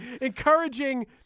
Encouraging